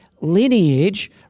lineage